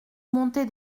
montée